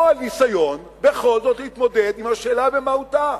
או על ניסיון בכל זאת להתמודד עם השאלה במהותה.